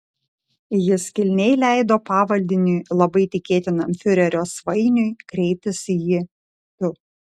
jis kilniai leido pavaldiniui labai tikėtinam fiurerio svainiui kreiptis į jį tu